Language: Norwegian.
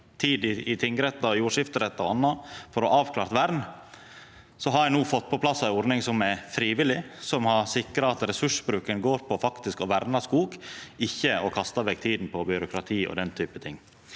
tid i tingrettar, jordskifterettar og anna for å avklara vern. No har ein fått på plass ei ordning som er frivillig, som sikrar at ressursbruken går på faktisk å verna skog, ikkje å kasta vekk tida på byråkrati og slikt. Eg